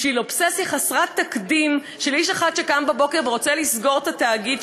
בשביל אובססיה חסרת תקדים של איש אחד שקם בבוקר ורוצה לסגור את התאגיד,